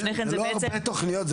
זה לא הרבה תוכניות,